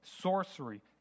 sorcery